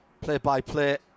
play-by-play